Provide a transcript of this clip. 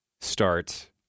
start